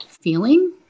feeling